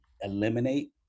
eliminate